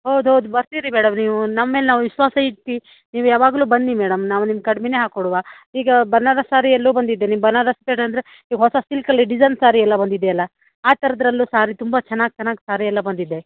ಹೌದೌದು ಬರ್ತೀರಿ ಮೇಡಮ್ ನೀವು ನಮ್ಮ ಮೇಲೆ ನಾವು ವಿಶ್ವಾಸ ಇದ್ದು ನೀವು ಯಾವಾಗಲೂ ಬನ್ನಿ ಮೇಡಮ್ ನಾವು ನಿಮ್ಗೆ ಕಡ್ಮೆನೇ ಹಾಕೊಡುವಾ ಈಗ ಬನಾರಸ್ ಸಾರಿ ಎಲ್ಲೂ ಬಂದಿದೆ ನಿಮ್ಗೆ ಬನಾರಸ್ ಬೇಡ ಅಂದರೆ ಹೊಸ ಸಿಲ್ಕಲ್ಲಿ ಡಿಸೈನ್ ಸಾರಿ ಎಲ್ಲ ಬಂದಿದೆಯಲ್ಲ ಆ ಥರದ್ರಲ್ಲೂ ಸಾರಿ ತುಂಬ ಚೆನ್ನಾಗಿ ಚೆನ್ನಾಗಿ ಸಾರಿ ಎಲ್ಲ ಬಂದಿದೆ